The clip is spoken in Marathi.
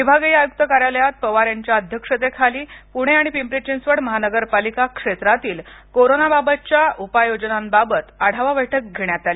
विभागीय आयुक्त कार्यालयात पवार यांच्या अध्यक्षतेखाली पूणे आणि पिंपरी चिंचवड महानगरपालिका क्षेत्रातील कोरोनाबाबतच्या उपाययोजनाबाबत आढावा बैठक घेण्यात आली